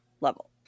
level